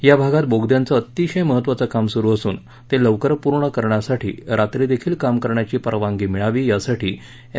या भागात बोगद्यांच अतिशय महत्त्वाचं काम सुरू असून ते लवकर पूर्ण करण्यासाठी रात्री देखील काम करण्याची परवानगी मिळावी यासाठी एम